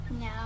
No